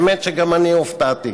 האמת שגם אני הופתעתי.